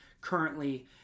currently